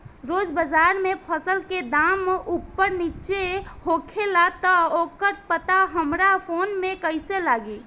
रोज़ बाज़ार मे फसल के दाम ऊपर नीचे होखेला त ओकर पता हमरा फोन मे कैसे लागी?